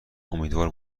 امیدوار